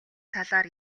талаар